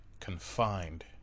confined